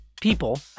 people